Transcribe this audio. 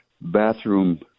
bathroom